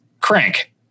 Crank